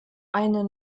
eine